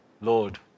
Lord